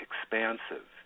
expansive